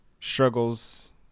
struggles